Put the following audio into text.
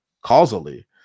causally